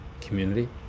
community